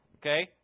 Okay